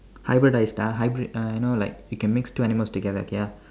hybridise hybrid you know like you can mix two animals together okay ah